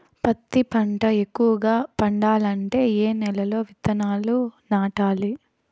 పత్తి పంట ఎక్కువగా పండాలంటే ఏ నెల లో విత్తనాలు నాటాలి?